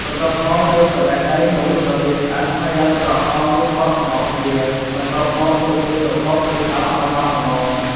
បន្ទាប់មក យកសណ្ដែកដី មកលីងអោយវាឆ្អិន ហើយឡើងក្រហម រួចបកសម្បកវា បន្ទាប់មកយកវាទៅបុក ឬដំអោយម៉ត់ល្មម។